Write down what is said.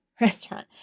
restaurant